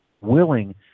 willing